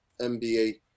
NBA